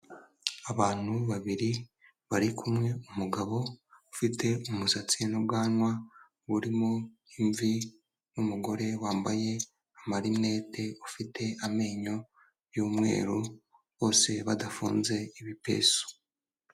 Abantu babiri bari kumwe umugabo ufite umusatsi n'ubwanwa burimo imvi n'umugore wambaye amarinete ufite amenyo y'umweru bose badafunze ibipesu.